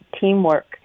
teamwork